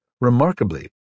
Remarkably